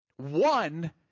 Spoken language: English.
One